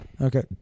okay